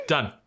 Done